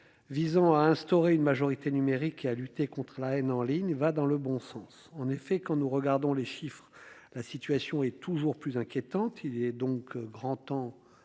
visant à instaurer une majorité numérique qui a lutté contre la haine en ligne va dans le bon sens en effet quand nous regardons les chiffres. La situation est toujours plus inquiétante. Il est donc grand temps